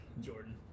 Jordan